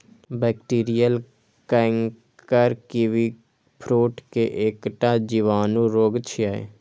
bacterial canker kiwifruit के एकटा जीवाणु रोग छियै